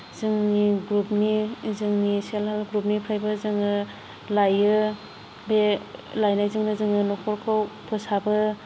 जोंनि ग्रुपनि जोंनि सेल्फ हेल्प ग्रुपनिफ्रायबो जोङो लायो बे लायनायजोंनो जोङो न'खरखौ फोसाबो